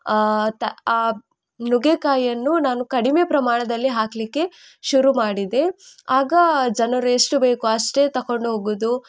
ನುಗ್ಗೆಕಾಯಿಯನ್ನು ನಾನು ಕಡಿಮೆ ಪ್ರಮಾಣದಲ್ಲಿ ಹಾಕಲಿಕ್ಕೆ ಶುರು ಮಾಡಿದೆ ಆಗ ಜನರೆಷ್ಟು ಬೇಕು ಅಷ್ಟೇ ತಕೊಂಡೋಗೋದು